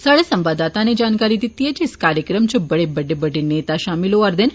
स्हाढ़े संवाददाता नै जानकारी दित्ती ऐ जे इस कार्यक्रम च बड़े बड्डे बड्डे नेता षामिल होआ रदे न